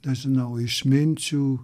nežinau išminčių